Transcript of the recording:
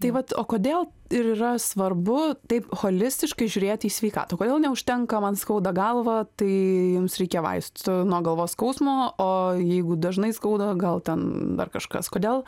tai vat o kodėl ir yra svarbu taip holistiškai žiūrėti į sveikatą kodėl neužtenka man skauda galvą tai jums reikia vaistų nuo galvos skausmo o jeigu dažnai skauda gal ten dar kažkas kodėl